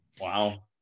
Wow